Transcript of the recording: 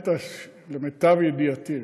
למיטב ידיעתי,